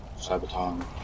Sabaton